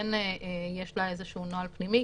שכן יש לה איזשהו נוהל פנימי,